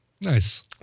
Nice